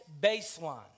baseline